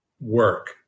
work